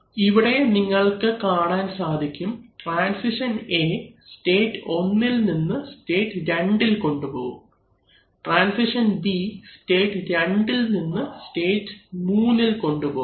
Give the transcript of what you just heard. ഇവിടെ നിങ്ങൾക്ക് കാണാൻ സാധിക്കും ട്രാൻസിഷൻ A സ്റ്റേറ്റ് 1ഇൽ നിന്ന് സ്റ്റേറ്റ് 2ഇൽ കൊണ്ടുപോകും ട്രാൻസിഷൻ B സ്റ്റേറ്റ് 2ഇൽ നിന്ന് സ്റ്റേറ്റ് 3ഇൽ കൊണ്ടുപോകും